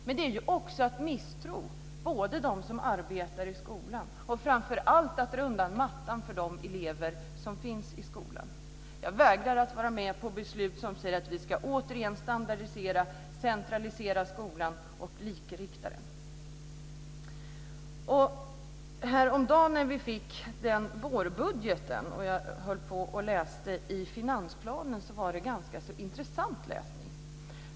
Men det är att misstro dem som arbetar i skolan och framför allt är det att dra undan mattan för eleverna i skolan. Jag vägrar att vara med på beslut som innebär att vi återigen ska standardisera, centralisera skolan och likrikta den. Häromdagen när vi fick vårbudgeten och jag läste i finansplanen fann jag den vara ganska intressant läsning.